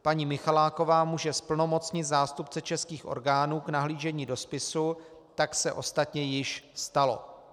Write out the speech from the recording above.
Paní Michaláková může zplnomocnit zástupce českých orgánů k nahlížení do spisů, tak se ostatně již stalo.